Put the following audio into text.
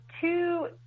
two